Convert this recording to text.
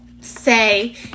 say